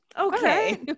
Okay